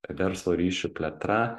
verslo ryšių plėtra